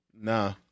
Nah